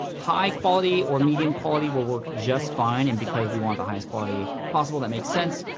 high quality or medium quality will work just fine, and because we want the highest quality possible, that makes sense.